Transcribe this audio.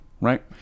Right